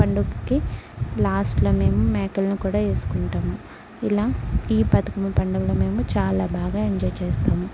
పండుకకి లాస్ట్లో మేము మేకలను కూడా వేసుకుంటాము ఇలా ఈ బతుకమ్మ పండుగలో మేము చాలా బాగా ఎంజాయ్ చేస్తాము